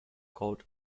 called